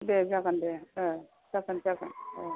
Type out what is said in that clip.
दे जागोन दे औ जागोन जागोन अ